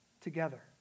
together